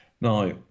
Now